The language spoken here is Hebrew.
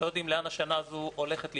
לאן השנה הזו הולכת להתקדם.